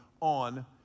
on